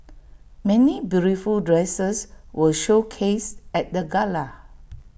many beautiful dresses were showcased at the gala